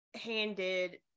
handed